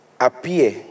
appear